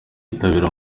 yitabira